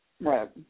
Right